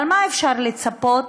אבל מה אפשר לצפות